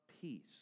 peace